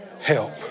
help